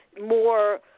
more